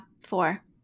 four